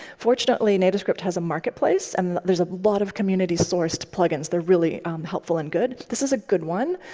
fortunately, nativescript has a marketplace, and there's a lot of community sourced plugins. they're really um helpful and good. this is a good one.